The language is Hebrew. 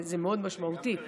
זה משמעותי מאוד,